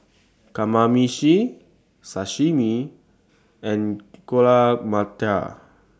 Kamameshi Sashimi and Alu Matar